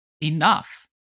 enough